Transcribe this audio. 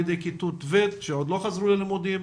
ידי כיתות ו' שעדיין לא חזרו ללימודים,